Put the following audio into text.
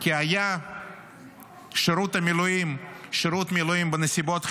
כי היה שירות מילואים בנסיבות חירום,